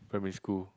primary school